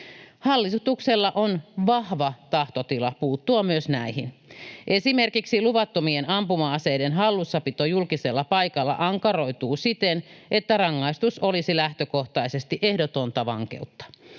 Hallituksella on vahva tahtotila puuttua myös näihin. Esimerkiksi luvattomien ampuma-aseiden hallussapito julkisella paikalla ankaroituu siten, että rangaistus olisi lähtökohtaisesti ehdotonta vankeutta.